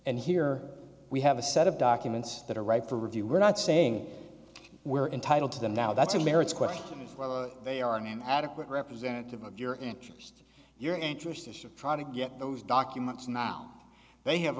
and here we have a set of documents that are ripe for review we're not saying we're entitled to the now that's a merits question is whether they are an adequate representative of your interest your interest is to try to get those documents now they have